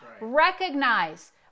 recognize